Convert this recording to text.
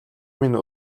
минь